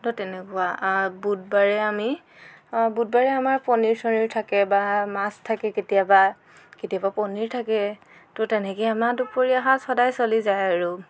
তো তেনেকুৱা বুধবাৰে আমি বুধবাৰে আমাৰ পনিৰ চনিৰ থাকে বা মাছ থাকে কেতিয়াবা কেতিয়াবা পনিৰ থাকে ত তেনেকৈ আমাৰ দুপৰীয়া সাঁজ প্ৰায়ে চলি যায় আৰু